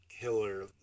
killer